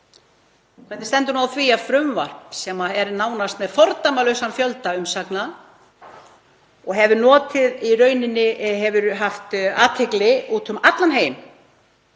Hvernig stendur á því að frumvarp sem er nánast með fordæmalausum fjölda umsagna og hefur í rauninni haft athygli úti um allan heim